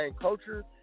culture